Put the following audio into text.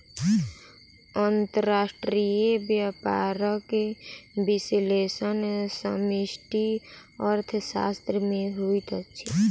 अंतर्राष्ट्रीय व्यापारक विश्लेषण समष्टि अर्थशास्त्र में होइत अछि